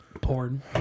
Porn